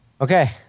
okay